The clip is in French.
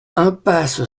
impasse